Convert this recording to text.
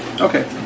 Okay